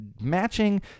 matching